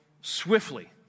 swiftly